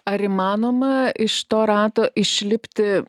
ar įmanoma iš to rato išlipti